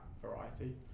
variety